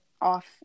off